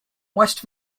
west